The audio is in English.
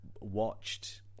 watched